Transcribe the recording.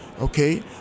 okay